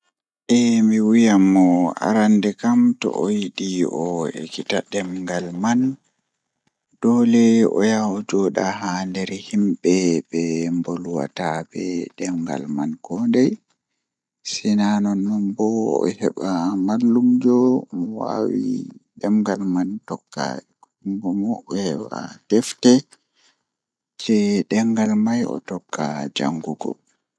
Eh mi wiyan mo arande kam to oyidi o ekita demngal man dole o yaha o jooɗa haa nder himɓe ɓe wolwata be ɗemngal man kondei sina non sina non bo oheɓa mallumjo mo wawi ɗemngal man tokka jangungo mo oheɓa defte jei ɗemngal man o tokka jangugo.